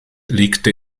legte